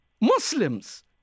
Muslims